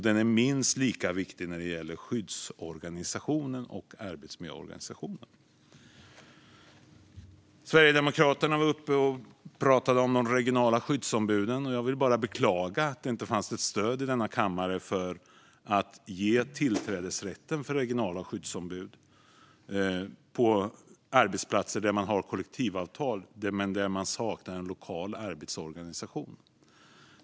Den är minst lika viktig när det gäller skyddsorganisationen och arbetsmiljöorganisationen. Sverigedemokraterna pratade om de regionala skyddsombuden. Jag kan bara beklaga att det inte fanns stöd i denna kammare för att ge regionala skyddsombud tillträdesrätt till arbetsplatser där man har kollektivavtal men saknar en lokal arbetsorganisation.